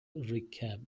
recap